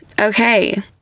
Okay